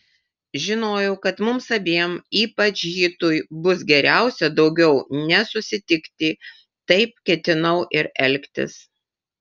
žinojau kad mums abiem ypač hitui bus geriausia daugiau nesusitikti taip ketinau ir elgtis